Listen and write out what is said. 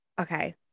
Okay